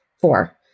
four